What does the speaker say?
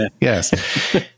Yes